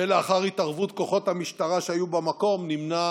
ולאחר התערבות כוחות המשטרה שהיו במקום נמנע